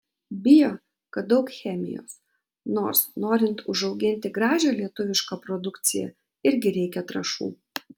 bijo kad daug chemijos nors norint užauginti gražią lietuvišką produkciją irgi reikia trąšų